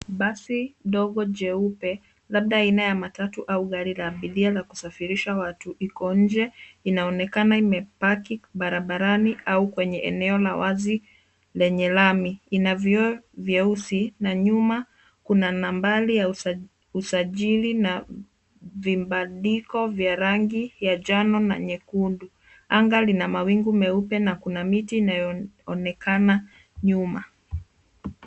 Basi dogo jeupe, labda aina ya matatu au gari la iliyo na kusafirisha watu iko nje. Inaonekana imepaki barabarani au kwenye eneo wazi lenye lamii. Ina vioo vyeusi na nyuma kuna nambari ya usajili na vibandiko vya rangi ya njano na nyekundu. Anga lina mawingu meupe na kuna miti inayoonekana nyuma.